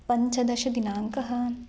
पञ्चदशदिनाङ्कः